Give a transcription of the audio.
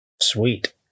Sweet